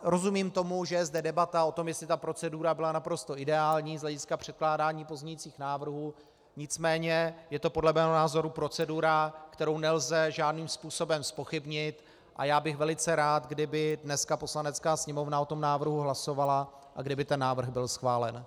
Rozumím tomu, že je zde debata o tom, jestli ta procedura byla naprosto ideální z hlediska předkládání pozměňovacích návrhů, nicméně je to podle mého názoru procedura, kterou nelze žádným způsobem zpochybnit, a já bych velice rád, kdyby dneska Poslanecká sněmovna o tom návrhu hlasovala a kdyby ten návrh byl schválen.